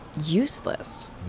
useless